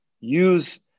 use